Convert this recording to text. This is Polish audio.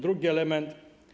Drugi element.